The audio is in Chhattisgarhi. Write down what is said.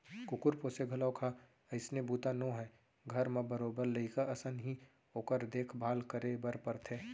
कुकुर पोसे घलौक ह अइसने बूता नोहय घर म बरोबर लइका असन ही ओकर देख भाल करे बर परथे